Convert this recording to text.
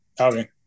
Okay